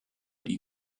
die